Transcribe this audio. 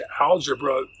algebra